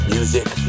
Music